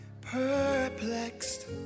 Perplexed